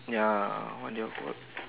ya what did you work